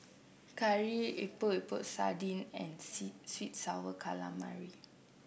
curry Epok Epok Sardin and sour calamari